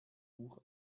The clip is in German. uhr